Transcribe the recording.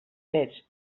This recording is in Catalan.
fets